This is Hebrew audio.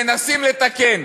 מנסים לתקן.